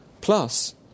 plus